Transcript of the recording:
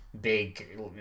big